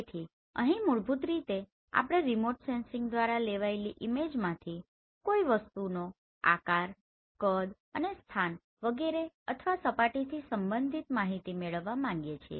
તેથી અહીં મૂળભૂત રીતે આપણે રીમોટ સેન્સીંગ દ્વારા લેવાયેલી ઈમેજમાંથી કોઈ વસ્તુનો આકાર કદ અને સ્થાન વગેરે અથવા સપાટીથી સંબંધિત માહિતી મેળવવા માગીએ છીએ